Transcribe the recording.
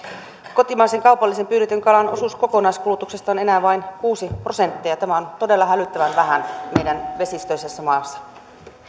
kotimaisen kaupallisesti pyydetyn kalan osuus kokonaiskulutuksesta on enää vain kuusi prosenttia tämä on todella hälyttävän vähän meidän vesistöisessä maassa